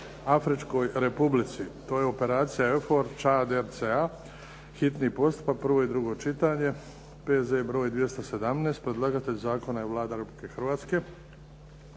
Srednjoafričkoj Republici (operacija EUFOR TCHAD/RCA), hitni postupak, prvo i drugo čitanje, P.Z. br. 217 Predlagatelj zakona je Vlada Republike Hrvatske.